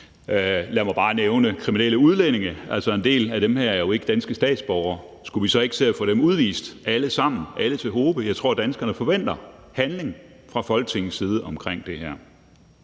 Lad mig bare nævne kriminelle udlændinge – altså, en del af dem er jo ikke danske statsborgere; skulle vi så ikke se at få dem udvist, alle sammen, alle til hobe? Jeg tror, at danskerne forventer handling fra Folketingets side omkring det her.